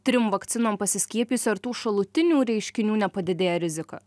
trim vakcinom pasiskiepysiu ar tų šalutinių reiškinių nepadidėja rizika